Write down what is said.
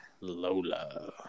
Lola